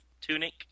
tunic